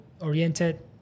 oriented